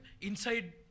inside